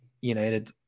United